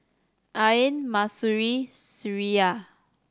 Ain Mahsuri Syirah